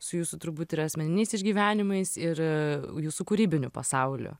su jūsų turbūt yra asmeniniais išgyvenimais ir jūsų kūrybiniu pasauliu